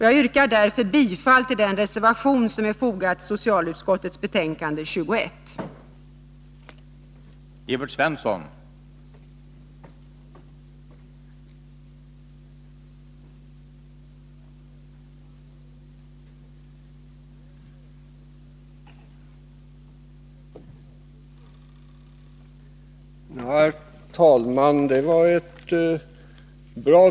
Jag yrkar därför bifall till den reservation som är fogad till socialutskottets betänkande 1982/83:21.